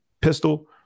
pistol